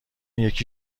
یکی